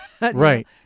Right